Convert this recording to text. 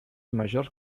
majors